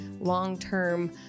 long-term